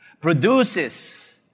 produces